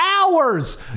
hours